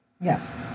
Yes